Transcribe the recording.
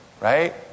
right